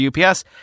UPS